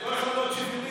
לא יכולה להיות שוויונית?